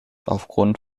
aufgrund